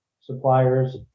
suppliers